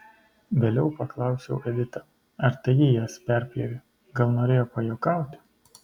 vėliau paklausiau editą ar tai ji jas perpjovė gal norėjo pajuokauti